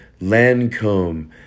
Lancome